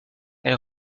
elle